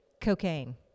cocaine